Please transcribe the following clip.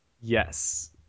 Yes